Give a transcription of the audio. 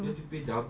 ya lah true